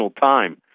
time